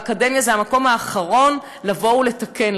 האקדמיה היא המקום האחרון לבוא ולתקן,